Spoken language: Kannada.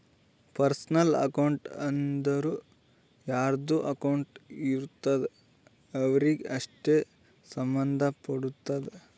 ಪರ್ಸನಲ್ ಅಕೌಂಟ್ ಅಂದುರ್ ಯಾರ್ದು ಅಕೌಂಟ್ ಇರ್ತುದ್ ಅವ್ರಿಗೆ ಅಷ್ಟೇ ಸಂಭಂದ್ ಪಡ್ತುದ